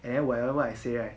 and then wherever I say right